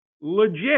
legit